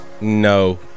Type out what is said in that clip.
No